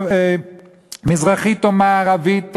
מזרחית או מערבית,